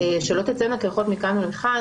שלא תצאנה קרחות מכאן ולכאן,